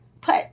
put